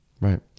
right